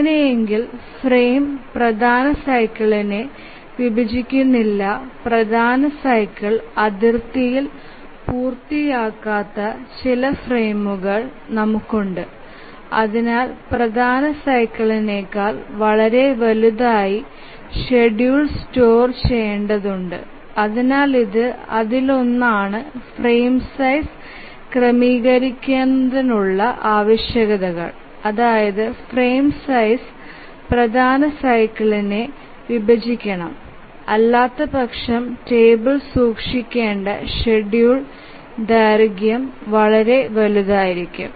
അങ്ങനെയല്ലെങ്കിൽ frame പ്രധാന സൈക്കിളിനെ വിഭജിക്കുന്നില്ല പ്രധാന സൈക്കിൾ അതിർത്തിയിൽ പൂർത്തിയാകാത്ത ചില ഫ്രെയിമുകൾ നമുക്കുണ്ട് അതിനാൽ പ്രധാന സൈക്കിളിനേക്കാൾ വളരെ വലുതായി ഷെഡ്യൂൾ സ്റ്റോർ ചെയേണ്ടത് ഉണ്ട് അതിനാൽ ഇത് അതിലൊന്നാണ് ഫ്രെയിം സൈസ് ക്രമീകരിക്കുന്നതിനുള്ള ആവശ്യകതകൾ അതായത് ഫ്രെയിം സൈസ് പ്രധാന സൈക്കിളിനെ വിഭജിക്കണം അല്ലാത്തപക്ഷം ടേബിൾ സൂക്ഷിക്കേണ്ട ഷെഡ്യൂൾ ദൈർഘ്യം വളരെ വലുതായിരിക്കും